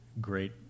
great